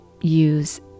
use